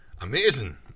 amazing